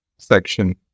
Section